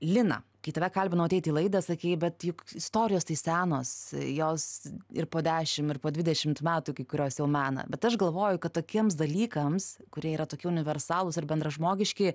lina kai tave kalbinau ateiti į laidą sakei bet juk istorijos tai senos jos ir po dešim ir po dvidešimt metų kai kurios jau mena bet aš galvoju kad tokiems dalykams kurie yra tokie universalūs ar bendražmogiški